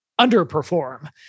underperform